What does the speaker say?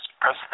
press